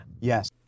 Yes